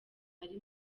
ari